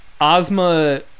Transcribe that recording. Ozma